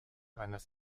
seines